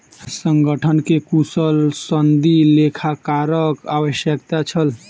संगठन के कुशल सनदी लेखाकारक आवश्यकता छल